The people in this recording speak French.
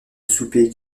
souper